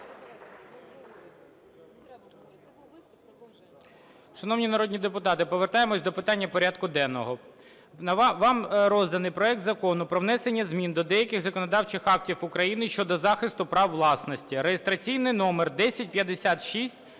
Шановні народні депутати, повертаємось до порядку денного. Вам розданий проект Закону про внесення змін до деяких законодавчих актів України щодо захисту права власності (реєстраційний номер 1056-1).